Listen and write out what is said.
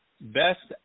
Best